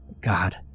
God